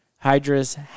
Hydras